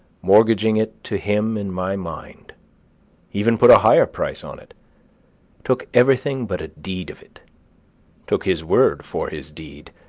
mortgaging it to him in my mind even put a higher price on it took everything but a deed of it took his word for his deed,